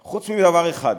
חוץ מדבר אחד,